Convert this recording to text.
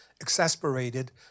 exasperated